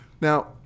Now